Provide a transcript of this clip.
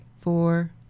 four